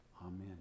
Amen